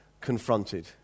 confronted